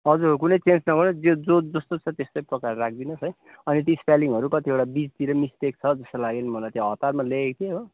हजुर कुनै चेन्ज नगर्नुहोस् त्यो जो जस्तो छ त्यस्तै प्रकारले राखिदिनु होस् है अनि त्यो स्पेलिङहरू कतिवटा बिचतिर मिस्टेक छ जस्तो लाग्यो नि मलाई त्यो हतारमा लेखेको थिएँ हो